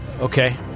Okay